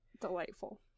delightful